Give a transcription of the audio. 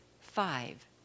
five